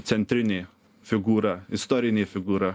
centrinė figūra istorinė figūra